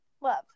Love